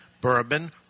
bourbon